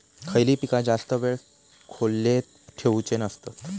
खयली पीका जास्त वेळ खोल्येत ठेवूचे नसतत?